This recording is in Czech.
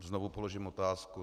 Znovu položím otázku.